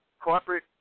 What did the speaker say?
corporate